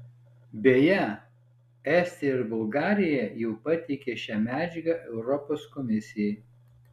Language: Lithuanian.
beje estija ir bulgarija jau pateikė šią medžiagą europos komisijai